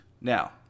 Now